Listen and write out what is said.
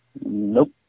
nope